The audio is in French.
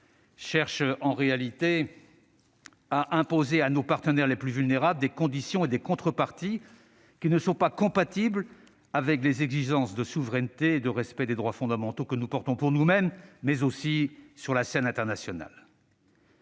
cherchent en réalité à imposer à nos partenaires les plus vulnérables des conditions et des contreparties qui ne sont pas compatibles avec les exigences de souveraineté et de respect des droits fondamentaux que nous portons pour nous-mêmes, mais aussi sur la scène internationale.